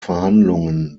verhandlungen